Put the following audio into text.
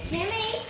Jimmy